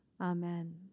Amen